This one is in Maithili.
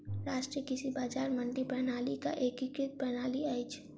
राष्ट्रीय कृषि बजार मंडी प्रणालीक एकीकृत प्रणाली अछि